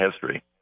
history